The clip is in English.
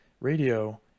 radio